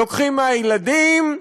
לוקחים מהילדים?